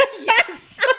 yes